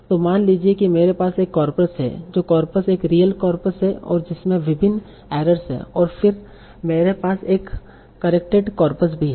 तो मान लीजिए कि मेरे पास एक कॉर्पस है जो कॉर्पस एक रियल कॉर्पस है और जिसमें विभिन्न एर्र्स हैं और फिर मेरे पास एक करेक्टेड कॉर्पस भी है